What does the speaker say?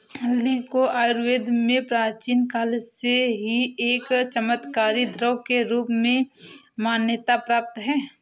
हल्दी को आयुर्वेद में प्राचीन काल से ही एक चमत्कारिक द्रव्य के रूप में मान्यता प्राप्त है